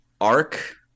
arc